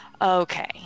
okay